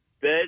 bed